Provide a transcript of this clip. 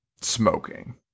smoking